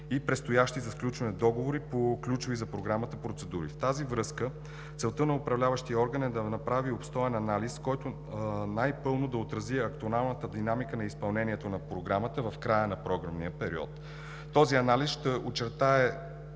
и предстоящи за сключване договори по ключови за Програмата процедури. В тази връзка целта на управляващия орган е да направи обстоен анализ, който най-пълно да отрази актуалната динамика на изпълнението на програмата в края на програмния период. Този анализ ще очертае